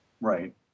Right